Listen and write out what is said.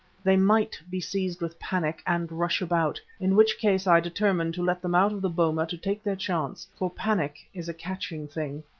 they might be seized with panic and rush about, in which case i determined to let them out of the boma to take their chance, for panic is a catching thing.